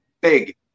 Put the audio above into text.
big